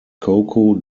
coco